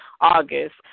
August